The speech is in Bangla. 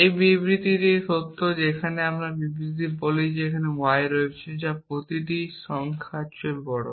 এই বিবৃতিটি সত্য যেখানে এই বিবৃতিটি বলে যে একটি y রয়েছে যা প্রতিটি সংখ্যার চেয়ে বড়